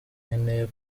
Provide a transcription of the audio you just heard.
nkeneye